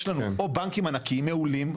יש לנו או בנקים ענקיים מעולים,